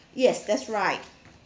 yes that's right